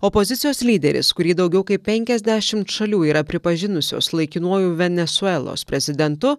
opozicijos lyderis kurį daugiau kaip penkiasdešimt šalių yra pripažinusios laikinuoju venesuelos prezidentu